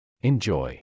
Enjoy